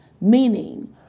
meaning